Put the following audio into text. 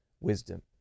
wisdom